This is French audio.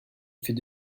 fait